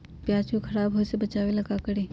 प्याज को खराब होय से बचाव ला का करी?